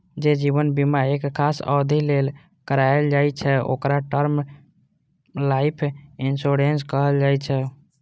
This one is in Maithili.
जे जीवन बीमा एक खास अवधि लेल कराएल जाइ छै, ओकरा टर्म लाइफ इंश्योरेंस कहल जाइ छै